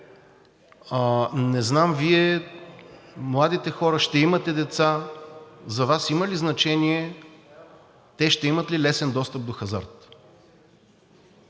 Не знам Вие, младите хора, ще имате деца, за Вас има ли значение те ще имат ли лесен достъп до хазарт?